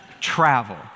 travel